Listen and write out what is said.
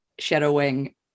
shadowing